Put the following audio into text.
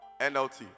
NLT